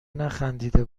نخندیده